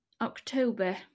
October